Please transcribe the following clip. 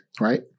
Right